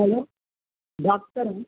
hello doctor